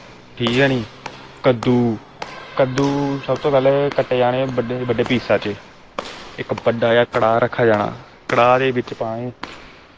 ठीक ऐ नी कद्दू कद्दू सब तो पैह्लैं कट्टे जाने बड्डे बड्डे पीसा च इक बड्डा जा कड़ाह् रक्खेआ जाना कड़ाह् दे बिच्च पाने